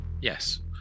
yes